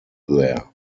there